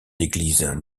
église